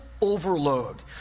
overload